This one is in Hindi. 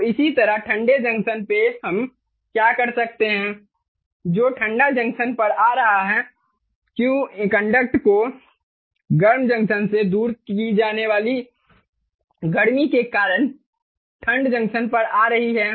तो इसी तरह ठंडे जंक्शन में हम क्या कर सकते हैं जो ठंडा जंक्शन पर आ रहा है क्यू कंडक्ट को गर्म जंक्शन से दूर की जाने वाली गर्मी के कारण ठंड जंक्शन पर आ रही है